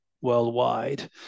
worldwide